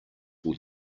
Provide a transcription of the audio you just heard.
will